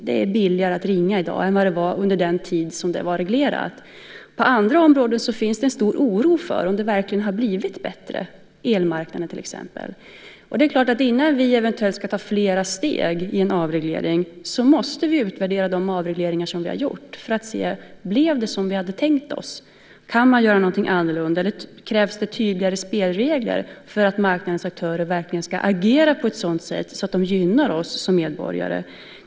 Det är billigare att ringa i dag än vad det var under den tid när telefonin var reglerad. På andra områden finns det en stor oro för om det verkligen har blivit bättre, till exempel när det gäller elmarknaden. Det är klart att vi innan vi eventuellt ska ta flera steg i en avreglering måste utvärdera de avregleringar som vi har gjort och se om det blev som vi hade tänkt oss. Kan man göra något annorlunda, eller krävs det tydligare spelregler för att marknadens aktörer verkligen ska agera på ett sådant sätt att de gynnar oss som medborgare?